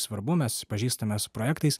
svarbu mes pažįstame su projektais